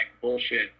bullshit